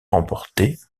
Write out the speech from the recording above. remportées